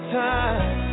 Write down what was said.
time